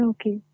Okay